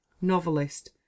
novelist